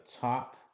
top